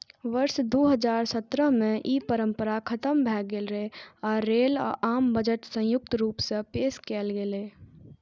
वर्ष दू हजार सत्रह मे ई परंपरा खतम भए गेलै आ रेल व आम बजट संयुक्त रूप सं पेश कैल गेलै